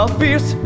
fierce